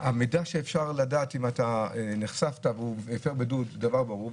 המידע שאפשר לדעת אם אתה נחשפת והוא הפר בידוד זה דבר ברור,